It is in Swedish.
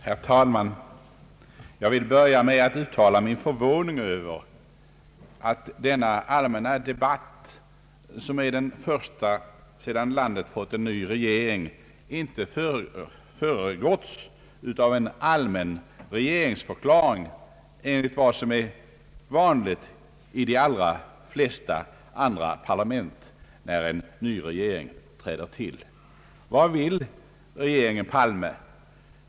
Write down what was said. Herr talman! Jag vill börja med att uttala min förvåning över att denna allmänna debatt, som är den första sedan landet fått en ny regering, inte föregåtts av en allmän regeringsförklaring, vilket är vanligt i de allra flesta parlament, när en ny regering träder till. Vad vill regeringen Palme?